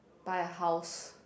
buy a house